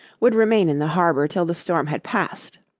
would remain in the harbour till the storm had passed.